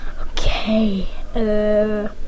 Okay